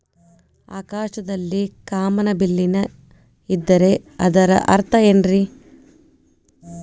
ಆಕಾಶದಲ್ಲಿ ಕಾಮನಬಿಲ್ಲಿನ ಇದ್ದರೆ ಅದರ ಅರ್ಥ ಏನ್ ರಿ?